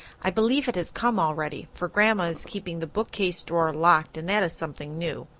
i believe it has come already, for grandma is keeping the bookcase drawer locked and that is something new.